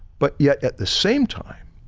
but yet at the same time,